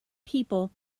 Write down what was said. people